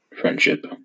friendship